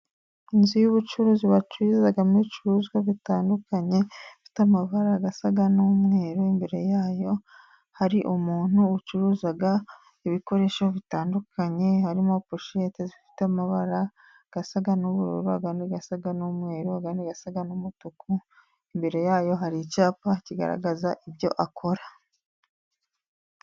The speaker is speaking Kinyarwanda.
Inzu y'ubucuruzi, bacururizamo ibicuruzwa bitandukanye, ifite amabara asa n'umweru, imbere yayo hari umuntu ucuruza ibikoresho bitandukanye, harimo: poshete zifite amabara asa n'ubururu, andi asa n'umweru, andi asa n'umutuku. Imbere yayo hari icyapa kigaragaza ibyo akora.